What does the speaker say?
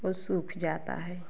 वह सूख जाता है